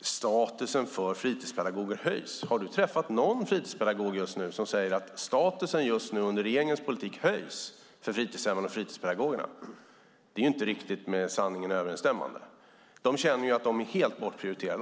statusen för fritidspedagoger höjs. Har du träffat någon fritidspedagog som säger att statusen just nu, med regeringens politik, höjs för fritidshemmen och fritidspedagogerna? Det är inte riktigt med sanningen överensstämmande. De känner att de är helt bortprioriterade.